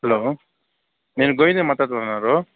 hello నేను గోవిందుని మాట్లాడుతున్నారు